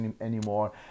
anymore